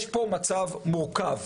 יש פה מצב מורכב.